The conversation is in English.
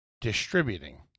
distributing